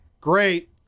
Great